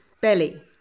belly